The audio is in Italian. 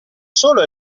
solo